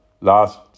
Last